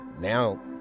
now